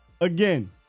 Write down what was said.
Again